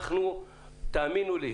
תאמינו לי,